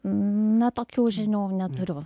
na tokių žinių neturiu